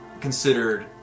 considered